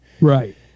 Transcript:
Right